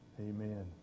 Amen